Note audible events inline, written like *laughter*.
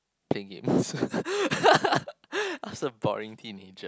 play games *laughs* I was a boring teenager